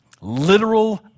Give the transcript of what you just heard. Literal